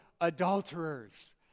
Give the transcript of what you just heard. adulterers